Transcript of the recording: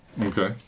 Okay